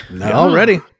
already